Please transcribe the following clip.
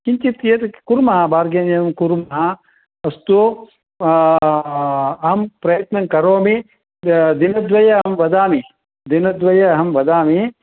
किञ्चित् एतत् कुर्मः बार्गेन् एवं कुर्मः अस्तु अहं प्रयत्नं करोमि दिनद्वये अहं वदामि दिनद्वये अहं वदामि